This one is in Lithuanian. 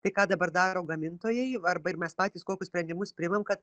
tai ką dabar daro gamintojai arba ir mes patys kokius sprendimus priimam kad